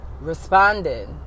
responded